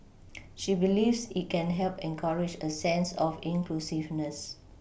she believes it can help encourage a sense of inclusiveness